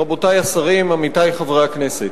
תודה רבה, רבותי השרים, עמיתי חברי הכנסת,